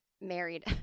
married